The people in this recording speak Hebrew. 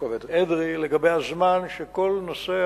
יעקב אדרי לגבי הזמן שכל נושא